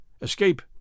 escape